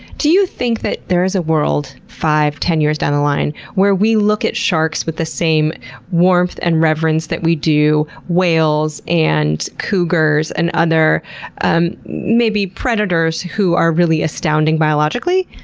do you think that there is a world, five, ten years down the line where we look at sharks with the same warmth and reverence that we do whales, and cougars, and other and predators who are really astounding biologically?